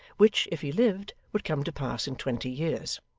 which, if he lived, would come to pass in twenty years.